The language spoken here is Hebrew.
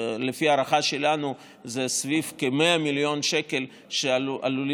לפי ההערכה שלנו זה סביב כ-100 מיליון שקל שעלולים